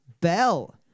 Bell